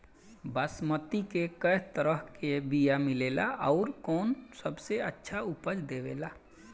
बासमती के कै तरह के बीया मिलेला आउर कौन सबसे अच्छा उपज देवेला?